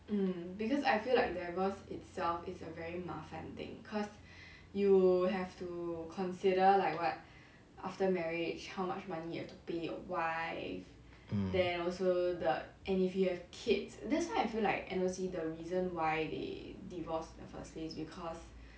mm